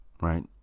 right